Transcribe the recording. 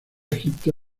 egipto